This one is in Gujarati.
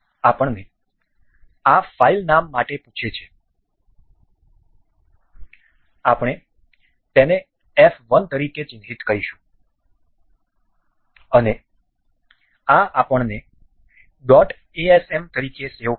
આપણને આ ફાઇલ નામ માટે પૂછે છે આપણે તેને f 1 તરીકે ચિહ્નિત કરીશું અને આ આપણને ડોટ asm તરીકે સેવ કરી છે